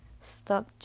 stop